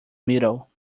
middle